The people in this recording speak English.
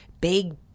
big